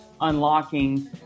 unlocking